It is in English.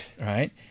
Right